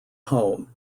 home